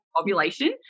ovulation